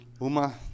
Uma